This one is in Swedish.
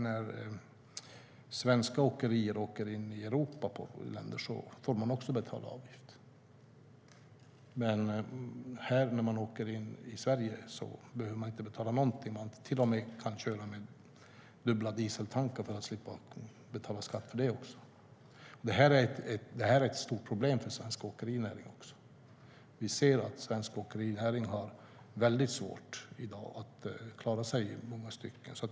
När svenska åkerier åker till andra länder i Europa får de betala avgift. Men när man åker till Sverige behöver man inte betala någonting. Man kan till och med köra med dubbla dieseltankar för att slippa betala skatt för det. Det här är ett stort problem för svensk åkerinäring. Vi ser att svensk åkerinäring i dag har väldigt svårt att klara sig i många stycken.